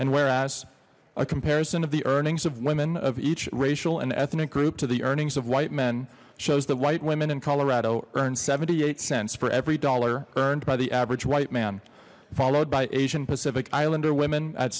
and whereas a comparison of the earnings of women of each racial and ethnic group to the earnings of white men shows that white women in colorado earned seventy eight cents for every dollar earned by the average white man followed by asian pacific islander women at